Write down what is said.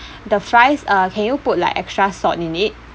the fries uh can you put like extra salt in it